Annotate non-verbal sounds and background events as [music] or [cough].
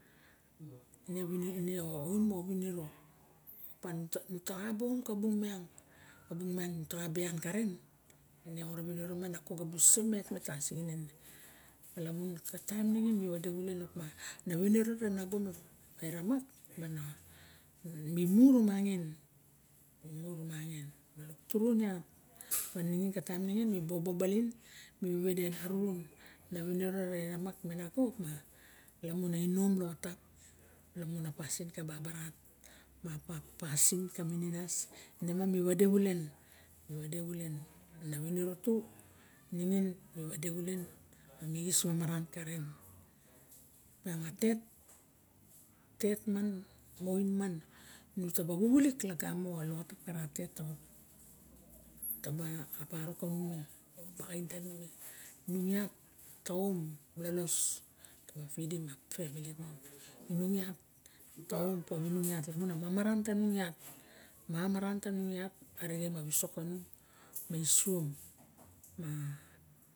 Ine mine, oin mara viniro, opa nuka ba om ka bung miang, a bung miang ta ba xa ian karen, ine ogora viniro miang nago busu met mi tasinginen, lamun ka taim ningin di vade xulen op ma, na viniro re nago me eremak, ma na mi mu ra mangin, mi mu ra mangin. Turun iat ma ningin ka taim ningin mi bobo balin, mi vade arurun la viniro re ramak me nago lamun a inom loxotap. Lamun a pasin ka babarat, ma pasin ka mininas ine ma mi vade xulen, mi vade xulen na viniro to ningin mi vade xulen mi xinis manaran karen, miang a tet, a tet man ma oin man mu taba vuvulik lagamo a loxotap ka ara tet taba. [unintelligible] Ta ba, a barok tano miang, a bagain tano miang. Inung iat ka om lolos taba feedim a femili tung, inung iat ka om kanimu iat, lamun a mamaran tanung iat, mamaran tanung iat arixe ma visok kanung ma isuom. [hesitation]